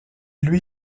lui